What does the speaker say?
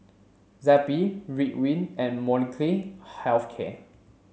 Zappy Ridwind and Molnylcke Health Care